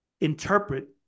interpret